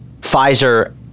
Pfizer